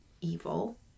evil